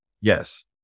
Yes